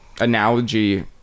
analogy